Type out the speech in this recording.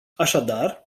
așadar